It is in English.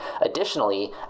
Additionally